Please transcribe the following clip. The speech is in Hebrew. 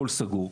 הכול סגור.